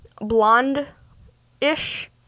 blonde-ish